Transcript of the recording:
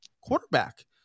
quarterback